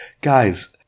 guys